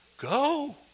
Go